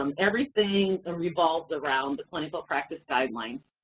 um everything and revolves around the clinical practice guidelines.